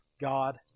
God